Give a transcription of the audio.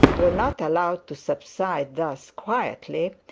were not allowed to subside thus quietly,